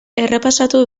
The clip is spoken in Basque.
errepasatu